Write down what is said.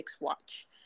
watch